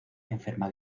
enferma